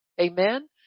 Amen